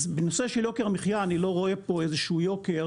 אז בנושא של יוקר המחיה אני לא רואה פה איזשהו יוקר.